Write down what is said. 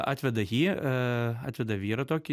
atveda jį atveda vyrą tokį